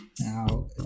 Now